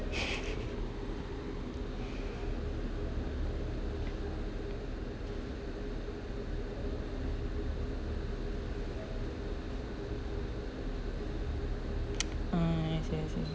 mm I see I see